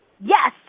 Yes